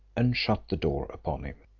and shut the door upon him.